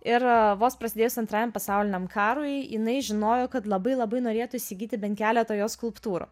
ir vos prasidėjus antrajam pasauliniam karui jinai žinojo kad labai labai norėtų įsigyti bent keletą jo skulptūrų